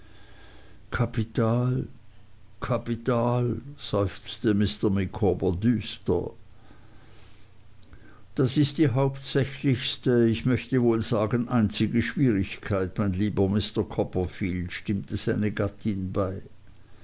kapital kapital seufzte mr micawber düster das ist die hauptsächlichste ich möchte wohl sagen einzige schwierigkeit mein lieber mr copperfield stimmte seine gattin bei